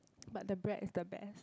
but the bread is the best